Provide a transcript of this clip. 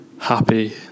happy